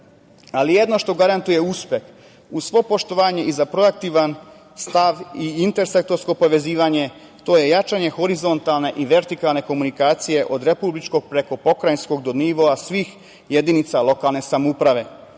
planiranja. Jedno što garantuje uspeh, uz svo poštovanje i za proaktivan stav i intersektorsko povezivanje, to je jačanje horizontalne i vertikalne komunikacije od republičkog prekog pokrajinskog do nivoa svih jedinica lokalne samouprave.